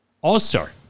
All-star